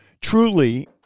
truly